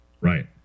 Right